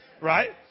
Right